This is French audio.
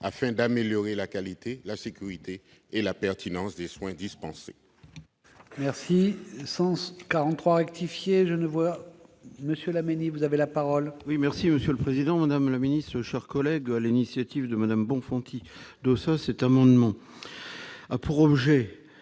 afin d'améliorer la qualité, la sécurité et la pertinence des soins dispensés.